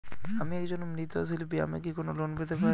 আমি একজন মৃৎ শিল্পী আমি কি কোন লোন পেতে পারি?